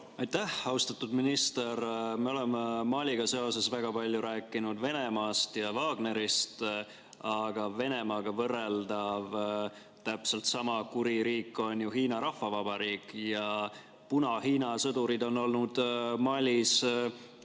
Aitäh! Austatud minister! Me oleme Maliga seoses väga palju rääkinud Venemaast ja Wagnerist, aga Venemaaga võrreldavalt on ju täpselt sama kuri riik Hiina Rahvavabariik, ja Puna-Hiina sõdurid on olnud Malis